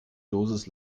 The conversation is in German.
dosis